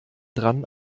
dran